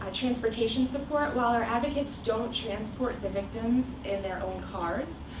ah transportation support while our advocates don't transport the victims in their own cars,